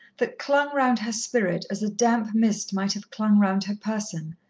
that clung round her spirit as a damp mist might have clung round her person,